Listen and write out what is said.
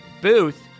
booth